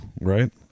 right